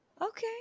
Okay